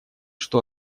что